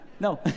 No